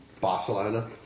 Barcelona